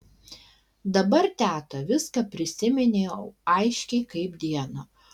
dabar teta viską prisiminiau aiškiai kaip dieną